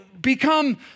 become